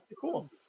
cool